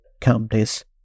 companies